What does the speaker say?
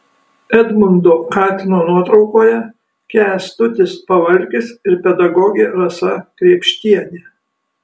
edmundo katino nuotraukoje kęstutis pavalkis ir pedagogė rasa krėpštienė